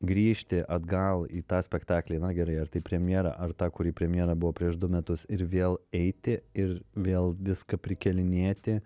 grįžti atgal į tą spektaklį na gerai ar tai premjera ar ta kuri premjera buvo prieš du metus ir vėl eiti ir vėl viską prikelinėti